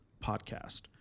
podcast